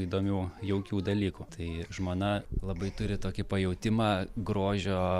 įdomių jaukių dalykių tai žmona labai turi tokį pajautimą grožio